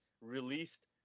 released